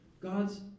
God's